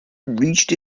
reached